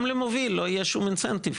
גם למוביל לא יהיה שום אינסנטיב,